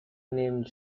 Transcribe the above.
named